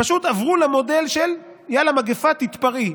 פשוט עברו למודל של: יאללה מגפה, תתפרעי.